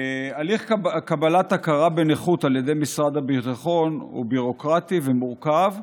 הליך קבלת הכרה בנכות על ידי משרד הביטחון הוא ביורוקרטי ומורכב,